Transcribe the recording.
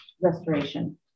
restoration